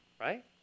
right